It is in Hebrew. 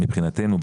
מבחינתנו,